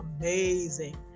amazing